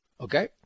Okay